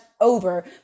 over